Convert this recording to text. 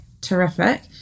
terrific